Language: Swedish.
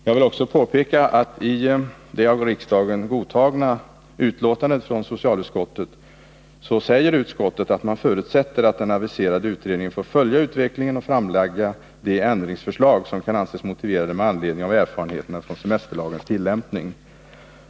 Jag vill också påpeka att socialutskottet i det av riksdagen godtagna betänkandet säger att man förutsätter att den aviserade utredningen får följa utvecklingen och framlägga de ändringsförslag som kan anses motiverade med anledning av erfarenheterna från semesterlagens tillämpning.